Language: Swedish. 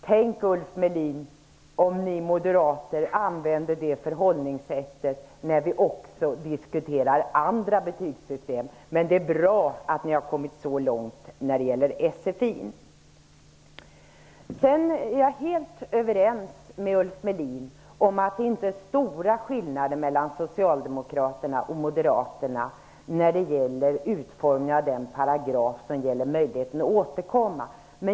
Tänk, Ulf Melin, om ni moderater använde det förhållningssättet också när vi diskuterar andra betygssystem! Det är bra att ni har kommit så långt när det gäller SFI. Jag är helt överens med Ulf Melin om att det inte är stora skillnader mellan Socialdemokraterna och Moderaterna när det gäller utformningen av den paragraf som gäller möjligheten att återkomma.